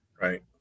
Right